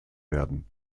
werden